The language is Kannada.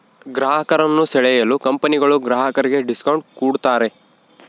ಗ್ರಾಹಕರನ್ನು ಸೆಳೆಯಲು ಕಂಪನಿಗಳು ಗ್ರಾಹಕರಿಗೆ ಡಿಸ್ಕೌಂಟ್ ಕೂಡತಾರೆ